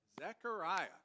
Zechariah